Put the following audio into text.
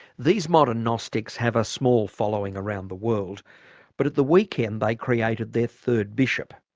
these modern gnostics have a small following around the world but at the weekend they created their third bishop,